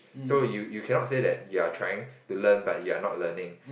so you you cannot say that you are trying to learn but you are not learning